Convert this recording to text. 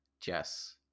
Jess